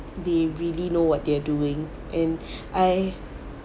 they really know what they're doing and I